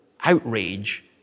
outrage